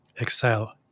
excel